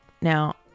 now